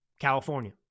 California